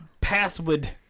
password